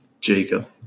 jacob